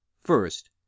First